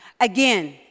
Again